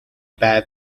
päev